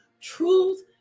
Truth